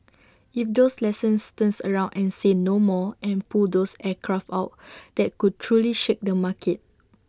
if those lessors turns around and say no more and pull those aircraft out that could truly shake the market